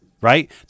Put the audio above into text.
right